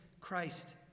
Christ